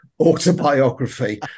Autobiography